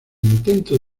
intento